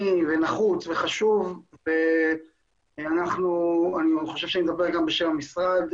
ונחוץ וחשוב ואני חושב שאני מדבר גם בשם המשרד,